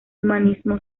humanismo